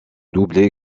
doublé